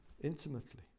intimately